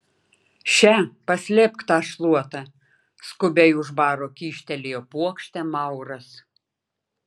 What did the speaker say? še paslėpk tą šluotą skubiai už baro kyštelėjo puokštę mauras